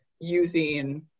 using